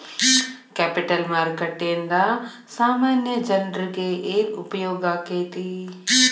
Capital ಮಾರುಕಟ್ಟೇಂದಾ ಸಾಮಾನ್ಯ ಜನ್ರೇಗೆ ಏನ್ ಉಪ್ಯೊಗಾಕ್ಕೇತಿ?